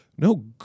No